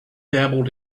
dabbled